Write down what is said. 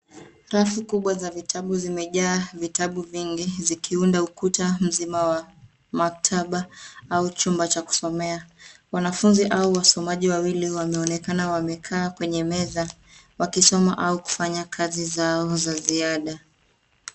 Rafu kubwa za vitabu zimejaa vitabu vingi zikiunda ukuta mzima wa maktaba au chumba cha kusomea. Wanafunzi au wasomaji wawili wameonekana wamekaa kwenye meza wakisoma au kufanya kazi zao za ziada.